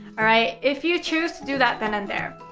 alright, if you choose to do that then and there.